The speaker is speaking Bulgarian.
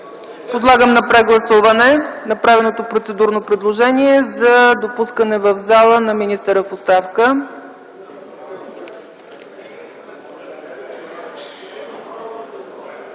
Подлагам на прегласуване направеното процедурно предложение за допускане в залата на министъра в оставка.